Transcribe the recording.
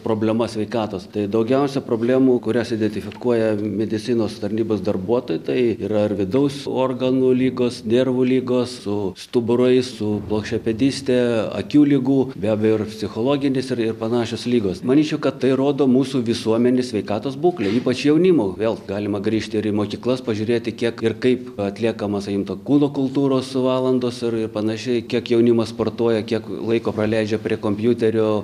problemas sveikatos tai daugiausia problemų kurias identifikuoja medicinos tarnybos darbuotojai tai yra ir vidaus organų ligos nervų ligos su stuburais su plokščiapėdyste akių ligų be abejo ir psichologinis ir ir panašios ligos manyčiau kad tai rodo mūsų visuomenės sveikatos būklę ypač jaunimo vėl galima grįžti ir į mokyklas pažiūrėti kiek ir kaip atliekama sakykim to kūno kultūros valandos ir ir panašiai kiek jaunimas sportuoja kiek laiko praleidžia prie kompiuterio